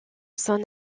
son